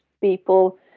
people